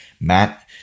Matt